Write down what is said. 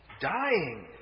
dying